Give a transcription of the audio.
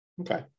Okay